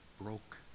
broke